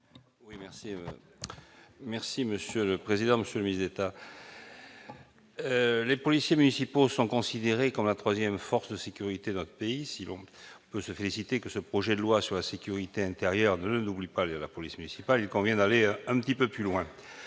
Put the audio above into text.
Oui, merci, merci, monsieur le président Monsieur musette, les policiers municipaux sont considérés comme la 3ème force de sécurité dans le pays, si l'on peut se féliciter que ce projet de loi sur la sécurité intérieure n'oublie pas la police municipale, il convient d'aller un petit peu plus loin